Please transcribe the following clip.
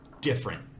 different